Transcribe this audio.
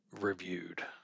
reviewed